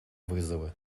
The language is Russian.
вызовы